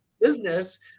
business